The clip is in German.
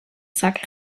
sack